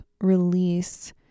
release